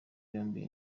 yombi